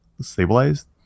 stabilized